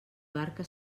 barca